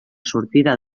sortida